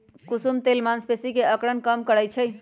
कुसुम तेल मांसपेशी के अकड़न कम करई छई